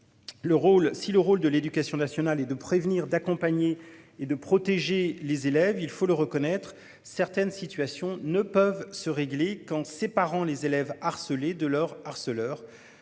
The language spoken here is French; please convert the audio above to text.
si le rôle de l'éducation nationale et de prévenir d'accompagner et de protéger les élèves, il faut le reconnaître certaines situations ne peuvent se régler qu'en séparant les élèves harcelés de leur harceleur